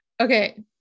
Okay